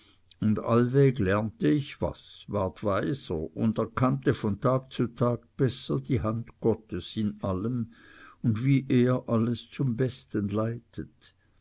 und allweg lernte ich was ward weiser und erkannte von tag zu tag besser die hand gottes in allem und wie er alles zum besten leitet